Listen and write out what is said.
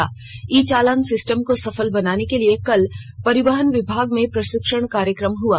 ई चालान सिस्टम को सफल बनाने के लिए कल परिवहन विभाग में प्रशिक्षण कार्यक्रम हुआ